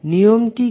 নিয়মটি কি